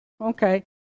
Okay